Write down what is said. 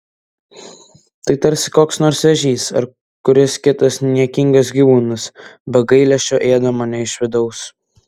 tai tarsi koks nors vėžys ar kuris kitas niekingas gyvūnas be gailesčio ėda mane iš vidaus